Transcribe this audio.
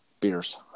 Beers